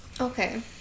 Okay